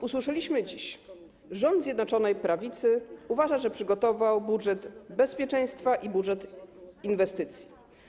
Usłyszeliśmy dziś: rząd Zjednoczonej Prawicy uważa, że przygotował budżet bezpieczeństwa i budżet inwestycji.